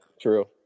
true